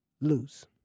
lose